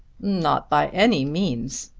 not by any means.